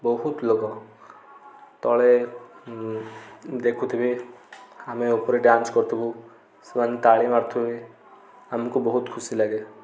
ବହୁତ ଲୋକ ତଳେ ଦେଖୁଥିବେ ଆମେ ଉପରେ ଡାନ୍ସ କରୁଥିବୁ ସେମାନେ ତାଳି ମାରୁଥିବେ ଆମକୁ ବହୁତ ଖୁସି ଲାଗେ